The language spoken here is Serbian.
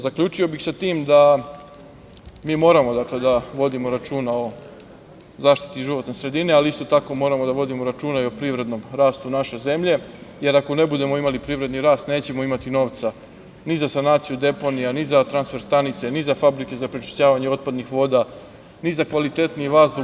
Zaključio bih sa tim da mi moramo da vodimo računa o zaštiti životne sredine, ali isto tako moramo da vodimo računa i o privrednom rastu naše zemlje, jer ako ne budemo imali privredni rast nećemo imati novca ni za sanaciju deponija, ni za transfer stanice, ni za fabrike za prečišćavanje otpadnih voda, ni za kvalitetni vazduh.